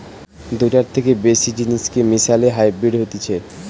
দুটার থেকে বেশি জিনিসকে মিশালে হাইব্রিড হতিছে